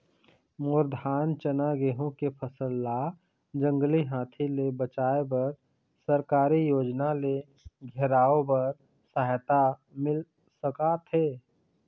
मोर धान चना गेहूं के फसल ला जंगली हाथी ले बचाए बर सरकारी योजना ले घेराओ बर सहायता मिल सका थे?